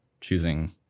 choosing